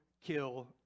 kill